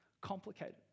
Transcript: complicated